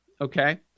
Okay